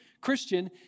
Christian